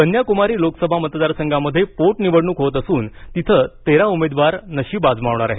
कन्याकुमारी लोकसभा मतदारसंघामध्ये पोटनिवडणूक होत असून तिथं तेरा उमेदवार नशीब आजमावणार आहेत